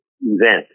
event